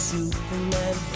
Superman